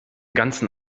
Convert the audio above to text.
ganzen